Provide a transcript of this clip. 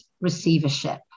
receivership